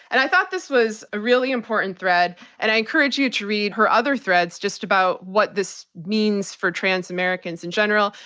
and i thought this was a really important thread, and i encourage you to read her other threads, just about what this means for trans americans in general,